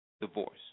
divorce